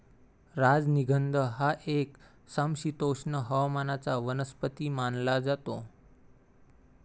राजनिगंध हा एक समशीतोष्ण हवामानाचा वनस्पती मानला जातो